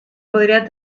podría